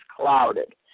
clouded